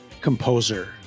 composer